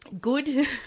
good